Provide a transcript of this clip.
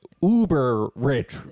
uber-rich